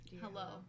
hello